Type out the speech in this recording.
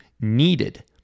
needed